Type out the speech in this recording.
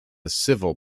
civil